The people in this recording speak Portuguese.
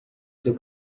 seu